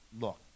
look